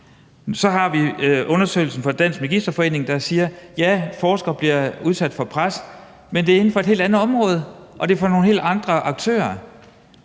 Så har vi undersøgelsen fra Dansk Magisterforening, der siger: Ja, forskere bliver udsat for pres, men det er inden for et helt andet område, og det gælder nogle helt andre aktører.